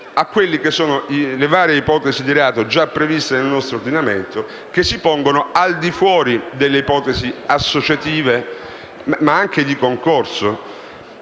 rispetto alle varie ipotesi di reato già previste nel nostro ordinamento, che si pongono al di fuori delle ipotesi associative, ma anche di concorso.